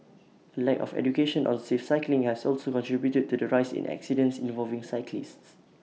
A lack of education on safe cycling has also contributed to the rise in accidents involving cyclists